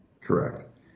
Correct